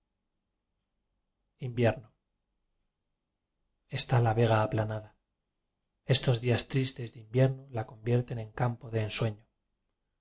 la vega aplanada estos días tristes de invierno la convierten en campo de en